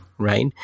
Right